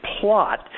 plot